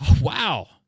Wow